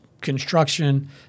construction